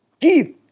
Give